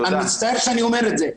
אני מצטער שאני אומר את זה,